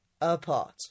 apart